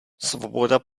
svoboda